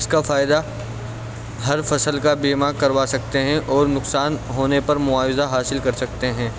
اس کا فائدہ ہر فصل کا بیما کروا سکتے ہیں اور نقصان ہونے پر معاوضہ حاصل کر سکتے ہیں